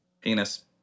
Penis